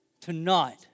Tonight